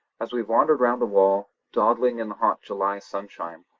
as we wandered round the wall, dawdling in the hot july sunshine,